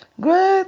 Great